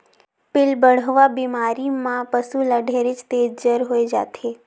पिलबढ़वा बेमारी में पसु ल ढेरेच तेज जर होय जाथे